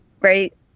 Right